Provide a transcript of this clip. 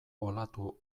olatu